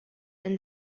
and